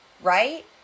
right